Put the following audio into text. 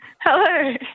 Hello